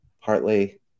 Partly